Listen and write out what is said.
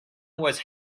was